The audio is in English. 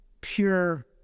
pure